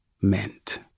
meant